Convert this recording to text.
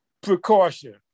precaution